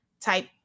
type